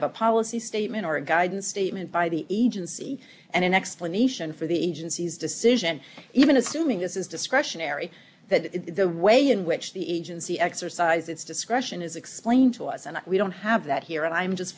of a policy statement or a guidance statement by the agency and an explanation for the agency's decision even assuming this is discretionary that the way in which the agency exercise its discretion is explained to us and we don't have that here and i'm just